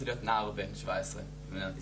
להיות נער בן שבע עשרה במדינת ישראל.